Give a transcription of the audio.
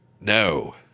no